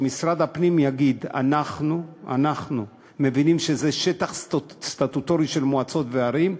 שמשרד הפנים יגיד: אנחנו מבינים שזה שטח סטטוטורי של מועצות וערים,